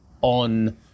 on